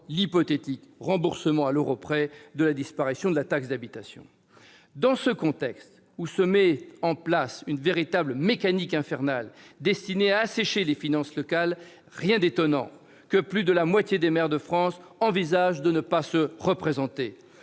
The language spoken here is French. l'hypothétique remboursement à l'euro près de la disparition de la taxe d'habitation. Dans ce contexte où se met en place une véritable mécanique infernale destinée à assécher les finances locales, rien d'étonnant que plus de la moitié des maires de France envisagent de ne plus se représenter,